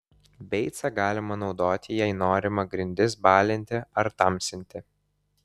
beicą galima naudoti jei norima grindis balinti ar tamsinti